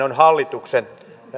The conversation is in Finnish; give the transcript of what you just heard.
on hallituksen